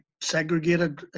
segregated